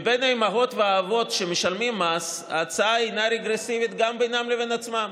מבין האימהות והאבות שמשלמים מס ההצעה אינה רגרסיבית גם בינם לבין עצמם,